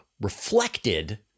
reflected